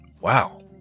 wow